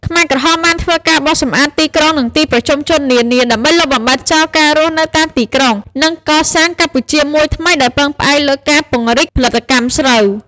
ខ្មែរក្រហមបានធ្វើការបោសសម្អាតទីក្រុង និងទីប្រជុំជននានា ដើម្បីលុបបំបាត់ចោលការរស់នៅតាមទីក្រុង និងកសាងកម្ពុជាមួយថ្មីដោយពឹងផ្អែកលើការពង្រីកផលិតកម្មស្រូវ ។